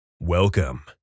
Welcome